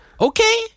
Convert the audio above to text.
okay